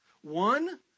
One